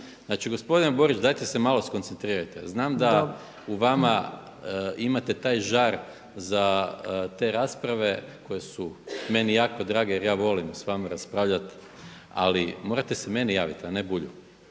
Znači gospodine Borić dajte se malo skoncentrirajte! Znam da u vama imate taj žar te rasprave koje su meni jako drage, jer ja volim sa vama raspravljati ali morate se meni javiti a ne Bulju.